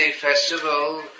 festival